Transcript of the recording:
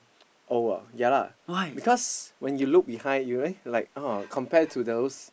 old ah ya lah because when you look behind you eh oh like compared to those